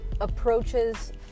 approaches